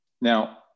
Now